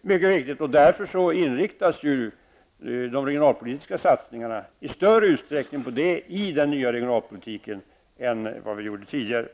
mycket viktigt, och därför inriktas de regionalpolitiska satsningarna i den nya regionalpolitiken i större utsträckning på det än tidigare.